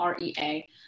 REA